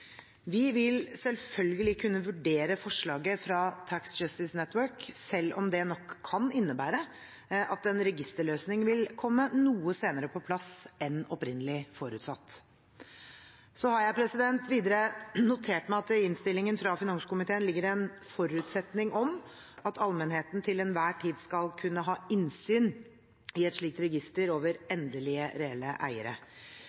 Vi vil selvfølgelig kunne vurdere forslaget fra Tax Justice Network, selv om det nok kan innebære at en registerløsning vil komme på plass noe senere enn opprinnelig forutsatt. Jeg har videre notert meg at det i innstillingen fra finanskomiteen ligger en forutsetning om at allmennheten til enhver tid skal kunne ha innsyn i et slikt register over endelige, reelle eiere.